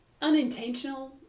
unintentional